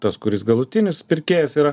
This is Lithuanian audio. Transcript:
tas kuris galutinis pirkėjas yra